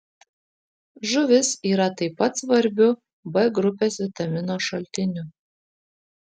žuvis yra taip pat svarbiu b grupės vitaminų šaltiniu